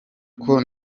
kuko